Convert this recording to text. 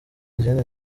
izindi